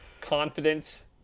confidence